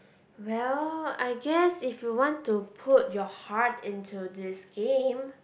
well I guess if you want to put your heart into this game